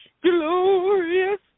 Glorious